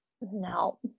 No